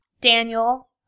Daniel